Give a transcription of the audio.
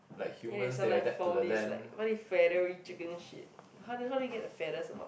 then it sometime form this like what if feathery chicken shit how do how do you get the feathers about